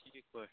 ٹھیٖک پٲٹھۍ